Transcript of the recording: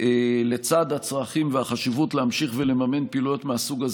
לצד הצרכים והחשיבות בלהמשיך ולממן פעילויות מהסוג הזה,